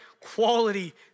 quality